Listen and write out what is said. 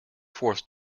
fourth